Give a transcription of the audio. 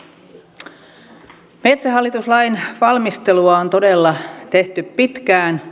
metsähallitus lain valmistelua on todella tehty pitkään